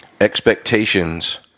Expectations